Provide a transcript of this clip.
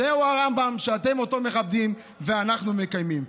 זהו הרמב"ם שאתם אותו מכבדים ואנחנו מקיימים.